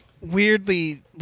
weirdly